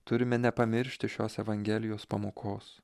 turime nepamiršti šios evangelijos pamokos